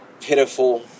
pitiful